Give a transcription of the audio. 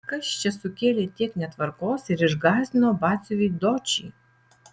kas čia sukėlė tiek netvarkos ir išgąsdino batsiuvį dočį